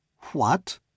What